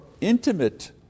intimate